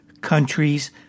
countries